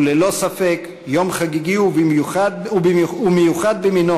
הוא ללא ספק יום חגיגי ומיוחד במינו